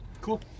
Cool